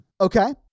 Okay